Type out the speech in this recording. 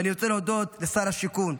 ואני רוצה להודות לשר השיכון,